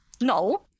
No